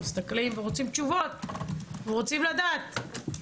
מסתכלים ורוצים תשובות ורוצים לדעת.